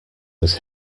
was